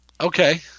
Okay